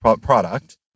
product